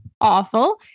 Awful